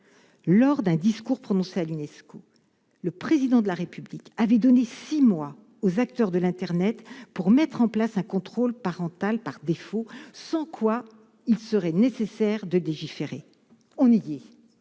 lors d'un discours prononcé à l'UNESCO, le président de la République avait donné 6 mois aux acteurs de l'internet pour mettre en place un contrôle parental par défaut, sans quoi il serait nécessaire de légiférer ont